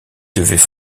devaient